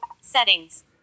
Settings